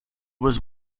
was